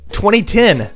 2010